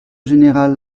général